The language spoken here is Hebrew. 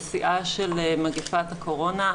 בשיאה של מגפת הקורונה.